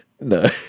No